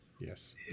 Yes